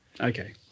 Okay